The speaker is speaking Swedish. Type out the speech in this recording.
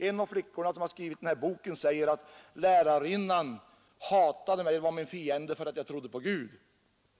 En av flickorna som skrivit den här boken säger: Lärarinnan hatade mig och var min fiende därför att jag trodde på Gud.